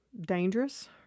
dangerous